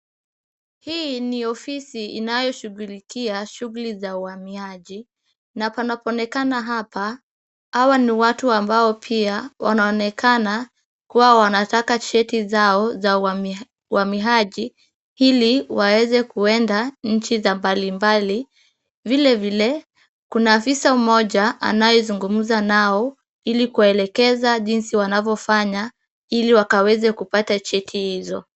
Hii ni ofisi inayoshughulikia shughuli za uhamiaji, na panaonekana hapa, hawa ni watu ambao pia wanaonekana kuwa wanataka cheti zao za uhamiaji ili waweze kuenda nchi za mbalimbali, vilevile kuna afisa mmoja anayezungumza nao ili kuwaelekeza jinsi wanavyofanya ili wakaweze kupata cheti hizo.